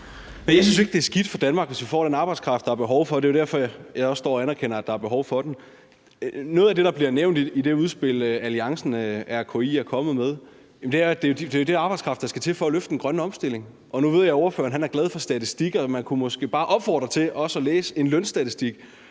(S): Jeg synes ikke, det skidt for Danmark, at vi får den arbejdskraft, der er behov for, og det er jo også det, jeg står og anerkender. Noget af det, der bliver nævnt i det udspil, RKI-alliancen er kommet med, er, at det er den arbejdskraft, der skal til for at løfte den grønne omstilling. Nu ved jeg, at ordføreren er glad for statistikker, så man kunne måske bare opfordre til at også at læse en lønstatistik.